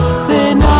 said